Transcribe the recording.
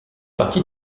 partie